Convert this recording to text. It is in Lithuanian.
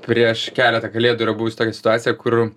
prieš keletą kalėdų yra buvusi tokia situacija kur